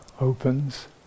opens